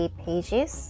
pages